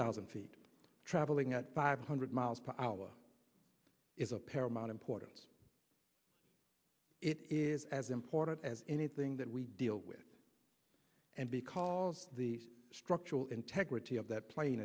thousand feet traveling at five hundred miles per hour is a paramount importance it is as as anything that we deal with and because the structural integrity of that plane